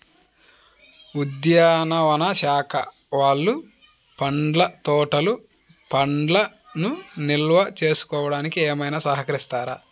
ఉద్యానవన శాఖ వాళ్ళు పండ్ల తోటలు పండ్లను నిల్వ చేసుకోవడానికి ఏమైనా సహకరిస్తారా?